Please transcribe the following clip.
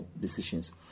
decisions